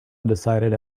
undecided